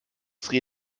sri